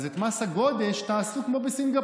אז את מס הגודש תעשו כמו בסינגפור,